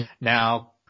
Now